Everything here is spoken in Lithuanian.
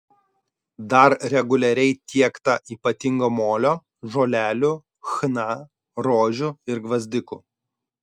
dar reguliariai tiekta ypatingo molio žolelių chna rožių ir gvazdikų